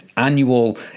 annual